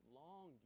long